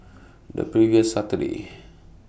The previous Saturday